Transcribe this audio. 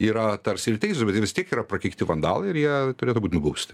yra tarsi ir teisūs bet jie vis tiek yra prakeikti vandalai ir jie turėtų būt nubausti